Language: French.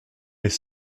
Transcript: mes